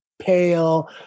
pale